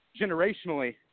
Generationally